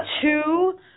two